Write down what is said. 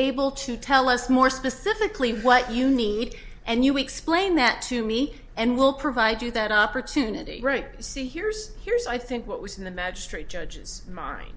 able to tell us more specifically what you need and you explain that to me and we'll provide you that opportunity right see here's here's i think what was in the magistrate judge's mind